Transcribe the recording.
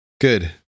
good